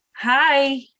Hi